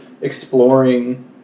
exploring